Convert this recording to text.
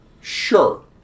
Sure